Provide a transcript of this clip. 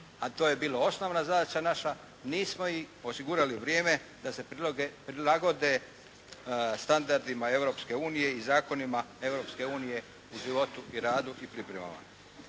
a to je bilo osnovna zadaća naša, nismo osigurali vrijeme da se prilagode standardima Europske unije i zakonima Europske unije u životu i radu i pripremama.